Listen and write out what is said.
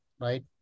right